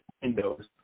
windows